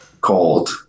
Cold